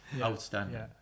outstanding